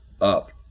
up